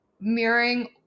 mirroring